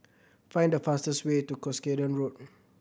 find the fastest way to Cuscaden Road